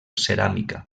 ceràmica